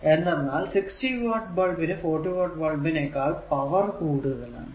എന്തെന്നാൽ 60 വാട്ട് ബൾബിനു 40 വാട്ട് ബൾബിനെക്കാൾ പവർ കൂടുതൽ ആണ്